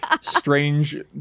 strange